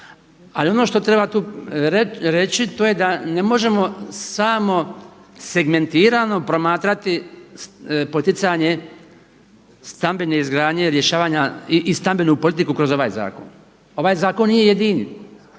Ali ono što treba reći to je da ne možemo segmentirano promatrati poticanje stambene izgradnje i stambenu politiku kroz ovaj zakon. Ovaj zakon nije jedini.